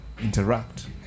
interact